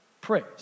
Praise